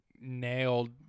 nailed